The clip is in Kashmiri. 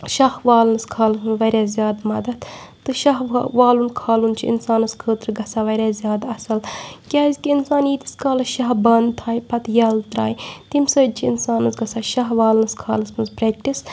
شاہ والنَس کھالنَس منٛز واریاہ زیادٕ مَدَتھ تہٕ شاہ والُن کھالُن چھُ اِنسانَس خٲطرٕ گژھان واریاہ زیادٕ اَصٕل کیازکہِ اِنسان ییٖتِس کالَس شاہ بَنٛد تھایہِ پَتہٕ یَلہٕ ترٛایہِ تمہِ سۭتۍ چھِ اِنسانَس گژھان شاہ والنَس کھالَس منٛز پرٛٮ۪کٹِس